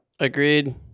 Agreed